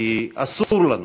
כי אסור לנו